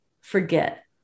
forget